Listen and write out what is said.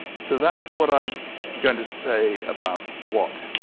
so that's what i've going to say about what.